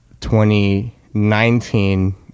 2019